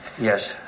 Yes